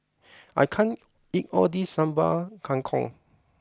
I can't eat all this Sambal Kangkong